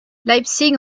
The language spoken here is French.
leipzig